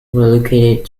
relocated